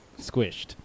squished